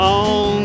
on